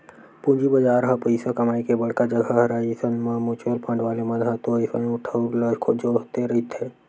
पूंजी बजार ह पइसा कमाए के बड़का जघा हरय अइसन म म्युचुअल फंड वाले मन ह तो अइसन ठउर ल जोहते रहिथे